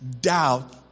doubt